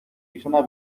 gizona